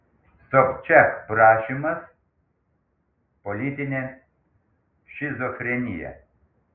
sobčiak prašymas politinė šizofrenija